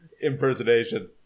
impersonation